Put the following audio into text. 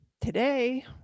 today